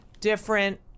different